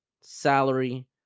salary